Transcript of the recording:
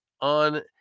on